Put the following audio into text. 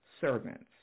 servants